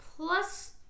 Plus